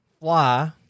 Fly